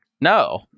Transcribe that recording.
No